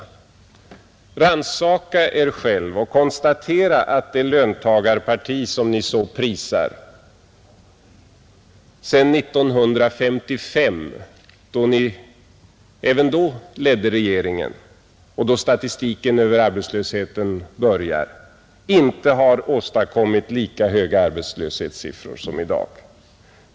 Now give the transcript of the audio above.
Rannsaka Er själv och konstatera att det löntagarparti som Ni så prisar sedan 1955, då statistiken över arbetslösheten börjar och då ni också satt i regeringsställning — inte har åstadkommit lika höga arbetslöshetssiffror som i dag.